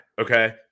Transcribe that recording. Okay